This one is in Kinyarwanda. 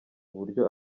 buryo